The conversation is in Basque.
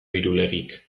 irulegik